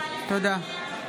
תודה.